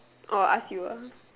orh ask you ah